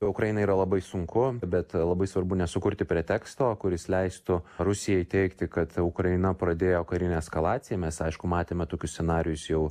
ukrainai yra labai sunku bet labai svarbu nesukurti preteksto kuris leistų rusijai teigti kad ukraina pradėjo karinę eskalaciją mes aišku matėme tokius scenarijus jau